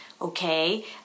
Okay